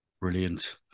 brilliant